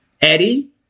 Eddie